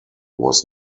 was